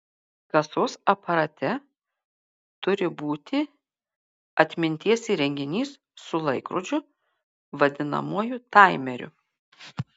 kasos aparate turi būti atminties įrenginys su laikrodžiu vadinamuoju taimeriu